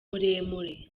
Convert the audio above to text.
muremure